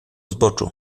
zboczu